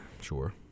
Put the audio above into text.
Sure